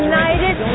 United